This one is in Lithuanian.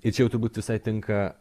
ir čia jau turbūt visai tinka